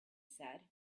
said